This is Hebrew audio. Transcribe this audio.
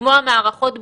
כמו המערכות בפריפריה,